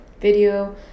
video